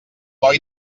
boi